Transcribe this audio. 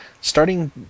starting